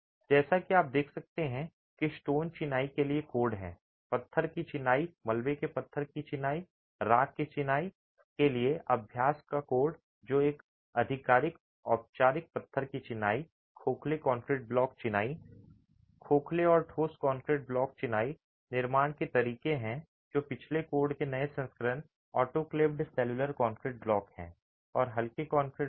जैसा कि आप देख सकते हैं कि स्टोन चिनाई के लिए कोड हैं पत्थर की चिनाई मलबे के पत्थर की चिनाई राख की चिनाई के लिए अभ्यास का कोड जो एक अधिक औपचारिक पत्थर की चिनाई खोखले कंक्रीट ब्लॉक चिनाई खोखले और ठोस कंक्रीट ब्लॉक चिनाई निर्माण के तरीके हैं जो पिछले कोड के नए संस्करण ऑटोकैलेव्ड सेलुलर कंक्रीट ब्लॉक हैं और हल्के कंक्रीट ब्लॉक